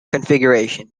configuration